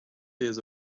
hears